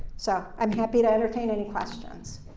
so i'm happy to entertain any questions.